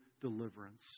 deliverance